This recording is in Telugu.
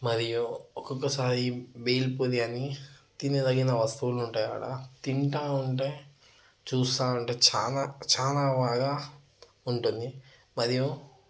మరియు ఒక్కొక్కసారి భేల్ పూరి అని తినదగిన వస్తువులు ఉంటాయి అక్కడ తింటా ఉంటే చూస్తూ ఉంటే చాలా చాలా బాగా ఉంటుంది మరియు